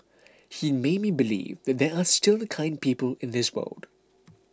he made me believe that there are still kind people in this world